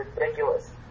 ridiculous